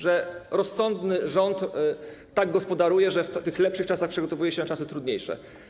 Że rozsądny rząd tak gospodaruje, że w lepszych czasach przygotowuje się na czasy trudniejsze.